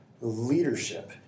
leadership